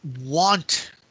want